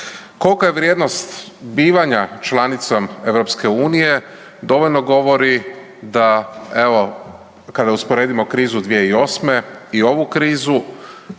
Kolka je vrijednost bivanja članicom EU dovoljno govori da evo kada usporedimo krizu 2008. i ovu krizu,